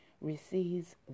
Receives